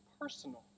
personal